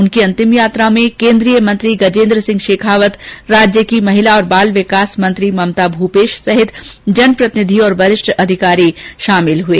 उनकी अंतिम यात्रा में केन्द्रीय मंत्री गजेन्द्र सिंह शेखावत राज्य की महिला और बाल विकास मंत्री ममता भूपेश सहित जनप्रतिनिध और वरिष्ठ प्रशासनिक अधिकारी शामिल हुये